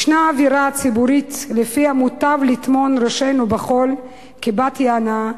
יש אווירה ציבורית שלפיה מוטב לטמון ראשנו בחול כבת יענה,